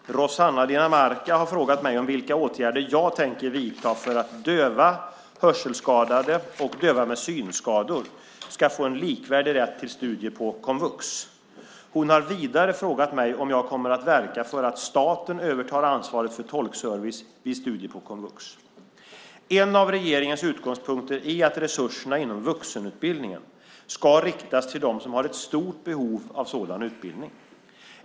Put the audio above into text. Herr talman! Rossana Dinamarca har frågat mig vilka åtgärder jag tänker vidta för att döva, hörselskadade och döva med synskador ska få en likvärdig rätt till studier på komvux. Hon har vidare frågat mig om jag kommer att verka för att staten övertar ansvaret för tolkservice vid studier på komvux. En av regeringens utgångspunkter är att resurserna inom vuxenutbildningen ska riktas till dem som har ett stort behov av sådan utbildning.